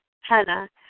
Hannah